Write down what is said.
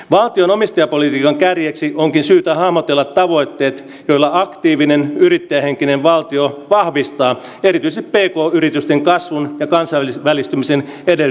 valtion omistajapolitiikan kärjeksi onkin syytä hahmotella tavoitteet joilla aktiivinen yrittäjähenkinen valtio vahvistaa erityisesti pk yritysten kasvun ja kansainvälistymisen edellytyksiä